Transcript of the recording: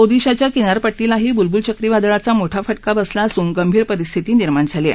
ओदिशाच्या किनारपट्टीलाही बुलबुल चक्रीवादळाचा मोठा फ किंग बसला असून गर्धीर परिस्थिती निर्माण झाली आहे